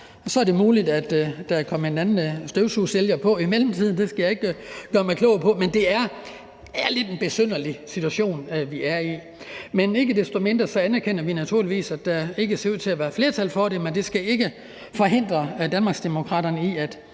Så er det muligt, at der er kommet en anden støvsugersælger på i mellemtiden; det skal jeg ikke gøre mig klog på, men det er lidt en besynderlig situation, vi er i. Men ikke desto mindre anerkender vi naturligvis, at der ikke ser ud til at være flertal for det, men det skal ikke forhindre Danmarksdemokraterne i